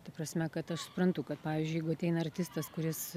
ta prasme kad aš suprantu kad pavyzdžiui jeigu ateina artistas kuris